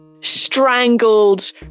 strangled